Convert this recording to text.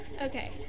Okay